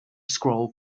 scroll